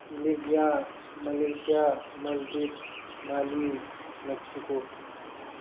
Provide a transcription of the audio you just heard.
Libya Malaysia Maldives Mali Mexico